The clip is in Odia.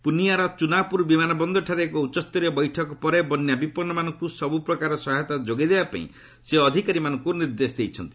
ପୁନ୍ନିଆର ଚୁନାପୁର ବିମାନ ବନ୍ଦରଠାରେ ଏକ ଉଚ୍ଚସ୍ତରୀୟ ବୈଠକ ପରେ ବନ୍ୟା ବିପନ୍ନମାନଙ୍କୁ ସବ୍ ପ୍ରକାର ସହାୟତା ଯୋଗାଇ ଦେବା ପାଇଁ ସେ ଅଧିକାରୀମାନଙ୍କୁ ନିର୍ଦ୍ଦେଶ ଦେଇଛନ୍ତି